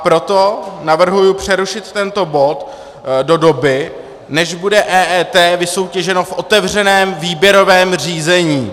Proto navrhuji přerušit tento bod do doby, než bude EET vysoutěženo v otevřeném výběrovém řízení.